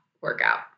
workout